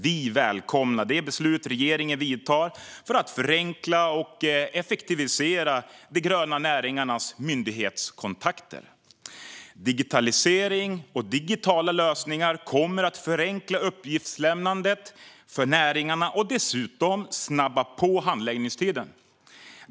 Vi välkomnar de beslut regeringen vidtar för att förenkla och effektivisera de gröna näringarnas myndighetskontakter. Digitalisering och digitala lösningar kommer att förenkla uppgiftslämnandet för näringarna och dessutom snabba på handläggningstiden.